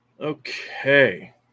Okay